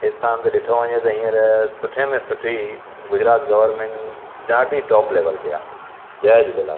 हिन सां हंधु ॾिठो वञे त हींअर सुठे में सुठी गुजरात गवर्मेंट ॾाढी टॉप लैवल ते आहे जय झूलेलाल